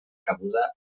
cabuda